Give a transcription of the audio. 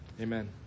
Amen